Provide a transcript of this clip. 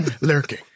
lurking